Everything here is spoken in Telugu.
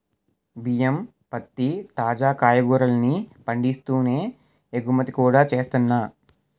బియ్యం, పత్తి, తాజా కాయగూరల్ని పండిస్తూనే ఎగుమతి కూడా చేస్తున్నా